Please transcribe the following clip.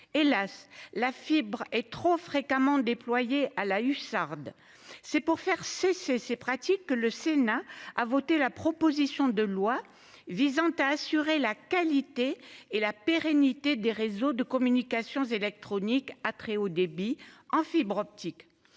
hélas la fibre est trop fréquemment déployée à la hussarde, c'est pour faire cesser ces pratiques que le Sénat a voté la proposition de loi visant à assurer la qualité et la pérennité des réseaux de communications électroniques à très haut débit en fibre optique.